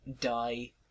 die